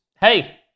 hey